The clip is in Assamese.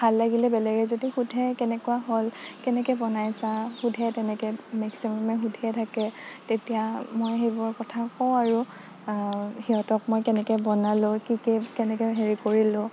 ভাল লাগিলে বেলেগে যদি সোধে কেনেকুৱা হ'ল কেনেকে বনাইছা সোধে তেনেকে মেক্সিমামে সুধিয়ে থাকে তেতিয়া মই সেইবোৰৰ কথা কওঁ আৰু সিহঁতক মই কেনেকে বনালো কি কি কেনেকে হেৰি কৰিলো